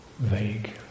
vague